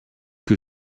que